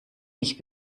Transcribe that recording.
mich